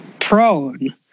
prone